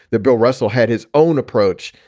that bill russell had his own approach.